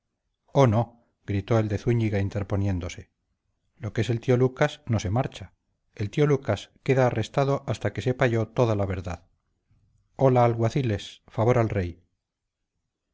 oh no gritó el de zúñiga interponiéndose lo que es el tío lucas no se marcha el tío lucas queda arrestado hasta que sepa yo toda la verdad hola alguaciles favor al rey